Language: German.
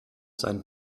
sein